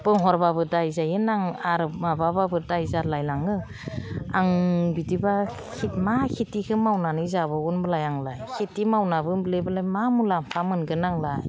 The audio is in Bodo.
बुंहरबाबो दाय जायो आरो माबाबाबो दाय जालाय लाङो आं बिदिबा मा खेथिखौ मावनानै जाबावगोन होनबालाय आंलाय खेथि मावनाबोबालाय मा मुलाम्फा मोनगोन आंलाय